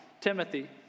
Timothy